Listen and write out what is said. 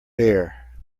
bare